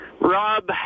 Rob